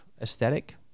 aesthetic